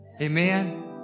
Amen